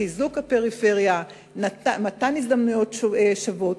חיזוק הפריפריה, מתן הזדמנויות שוות.